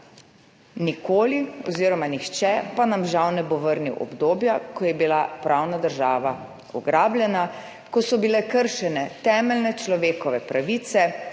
izrečene. Nihče pa nam žal ne bo vrnil obdobja, ko je bila pravna država ugrabljena, ko so bile kršene temeljne človekove pravice